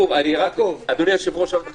אדוני היושב-ראש, רק שאלה.